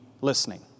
listening